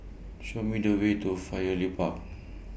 Show Me The Way to Firefly Park